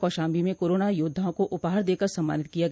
कौशाम्बी में कोरोना योद्वाओं को उपहार देकर सम्मानित किया गया